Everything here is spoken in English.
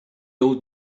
old